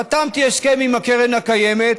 חתמתי הסכם עם הקרן הקיימת,